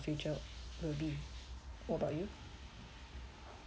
future will be what about you